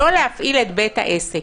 לא להפעיל את בית העסק.